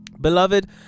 beloved